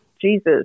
Jesus